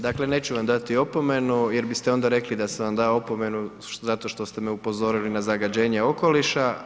Dakle, neću vam dati opomenu, jer biste onda rekli da sam vam dao opomenu zato što ste me upozorili na zagađenje okoliša.